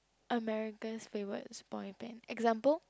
America's favourites boy band example